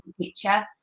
picture